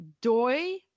Doi